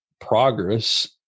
progress